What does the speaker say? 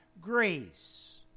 grace